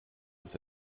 was